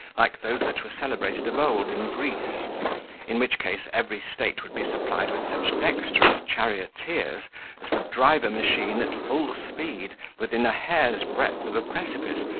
like those that were celebrated of old in greece in which case, every state would be supplied with such dexterous charioteers as would drive a machine, at full speed, within a hair's breadth of a precipice,